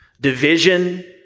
Division